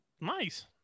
Nice